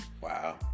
Wow